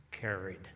carried